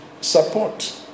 support